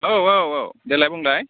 औ औ औ देलाय बुंलाय